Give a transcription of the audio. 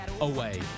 away